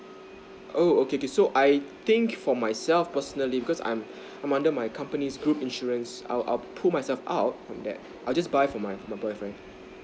oh okay okay so I think for myself personally because I'm I'm under my company's group insurance I'll I'll pull myself out from that I'll just buy for my my boyfriend